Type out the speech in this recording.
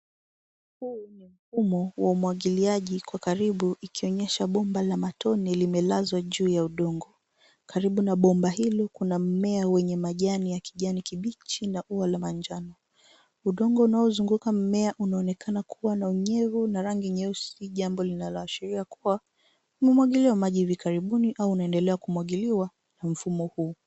Huu ni mfumo wa umwagiliaji kwa karibu ikionyesha bomba la matone limelazwa juu ya udongo. Karibu na bomba hilo kuna mmea wenye majani ya kijani kibichi na ua la manjano. Udongo unaozunguka mmea unaonekana kuwa na unyevu na rangi nyeusi. Jambo linaloashiria kuwa imemwagiliwa maji hivi karibuni au unaendelea kumwagiliwa na mfumo huu.